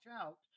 out